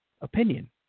opinion